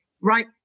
right